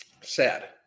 sad